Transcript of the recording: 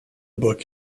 book